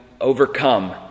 overcome